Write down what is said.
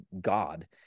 God